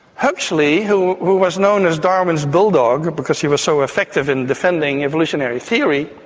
huxley, who who was known as darwin's bulldog because he was so effective in defending evolutionary theory,